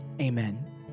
amen